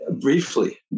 Briefly